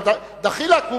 אבל דחילק,